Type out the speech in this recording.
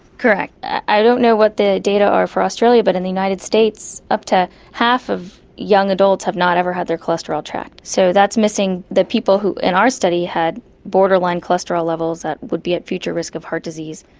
correct. i don't know what the data are for australia, but in the united states up to half of young adults have not ever had their cholesterol checked. so that's missing the people who in our study had borderline cholesterol levels that would be at future risk of heart disease.